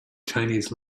chinese